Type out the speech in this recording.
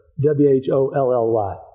W-H-O-L-L-Y